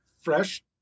fresh